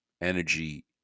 energy